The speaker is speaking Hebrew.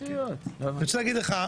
אני רוצה להגיד לך,